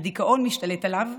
הדיכאון משתלט עליו.